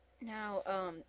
Now